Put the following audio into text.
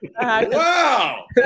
Wow